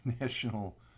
national